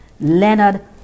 leonard